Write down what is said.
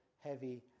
heavy